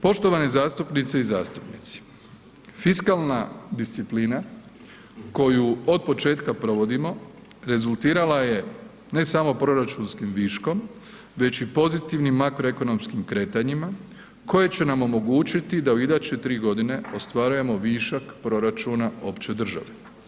Poštovane zastupnice i zastupnici, fiskalna disciplina koju od početka provodimo rezultirala je ne samo proračunskim viškom, već i pozitivnim makroekonomskim kretanjima koja će nam omogućiti da u iduće 3.g. ostvarujemo višak proračuna opće države.